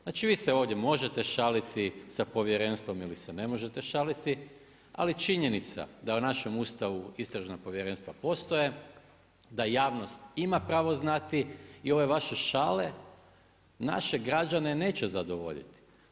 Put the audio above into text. Znači vi se ovdje možete šaliti sa povjerenstvom ili se ne možete šaliti, ali činjenica, da u našem ustavu istražnog povjerenstva postoje, da javnost ima pravo znati i ove vaša šale, naše građane neće zadovoljiti.